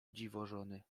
dziwożony